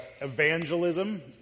evangelism